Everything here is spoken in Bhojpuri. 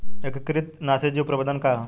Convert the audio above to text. एकीकृत नाशी जीव प्रबंधन का ह?